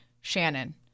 Shannon—